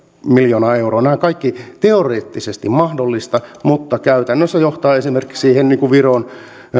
miljoonaa euroa nämä kaikki ovat teoreettisesti mahdollisia mutta käytännössä johtavat esimerkiksi viron